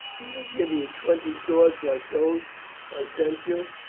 we will give you twenty swords like those i sent you,